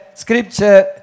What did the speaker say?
scripture